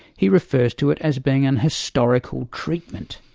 he refers to it as being an historical treatment.